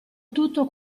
tutto